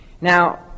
Now